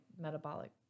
metabolic